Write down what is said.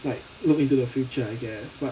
like look into the future I guess but